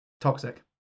Toxic